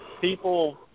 people